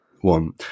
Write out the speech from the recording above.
one